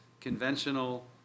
conventional